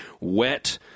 wet